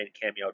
cameo